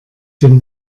den